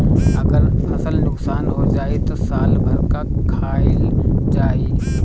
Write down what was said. अगर फसल नुकसान हो जाई त साल भर का खाईल जाई